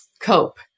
cope